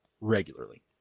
regularly